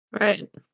Right